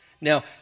Now